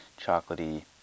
chocolatey